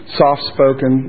soft-spoken